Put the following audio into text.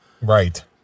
right